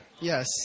Yes